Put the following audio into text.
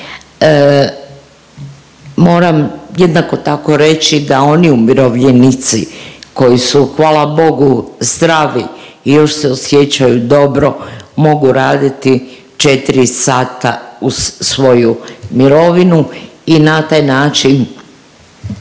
Moram jednako tako reći da oni umirovljenici koji su, hvala Bogu zdravi i još se osjećaju dobro, mogu raditi 4 sata uz svoju mirovinu i na taj način